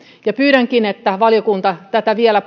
ja pyydänkin että valiokunta tätä vielä